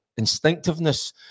instinctiveness